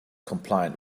compliant